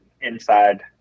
inside